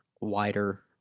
wider